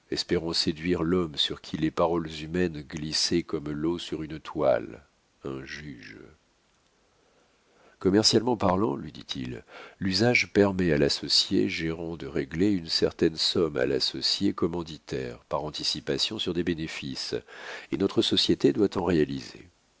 espérant séduire l'homme sur qui les paroles humaines glissaient comme l'eau sur une toile un juge commercialement parlant lui dit-il l'usage permet à l'associé gérant de régler une certaine somme à l'associé commanditaire par anticipation sur les bénéfices et notre société doit en réaliser